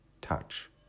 touch